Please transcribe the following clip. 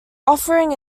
offering